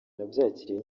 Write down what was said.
nabyakiriye